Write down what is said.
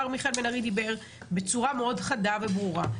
מיכאל בן ארי דיבר בצורה מאוד חדה וברורה.